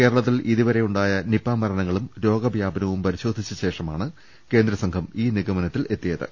കേരളത്തിൽ ഇതു വരെ ഉണ്ടായ നിപ മരണങ്ങളും രോഗവ്യാപനവും പരിശോധിച്ച ശേഷമാണ് കേന്ദ്രസംഘം ഈ നിഗമനത്തിലെത്തിയത്